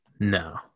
no